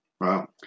Wow